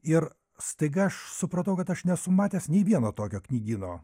ir staiga aš supratau kad aš nesu matęs nei vieno tokio knygyno